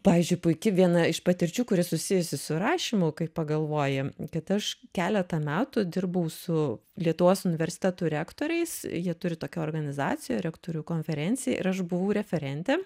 pavyzdžiui puiki viena iš patirčių kuri susijusi su rašymu kai pagalvoji kad aš keletą metų dirbau su lietuvos universitetų rektoriais jie turi tokią organizaciją rektorių konferencija ir aš buvau referentė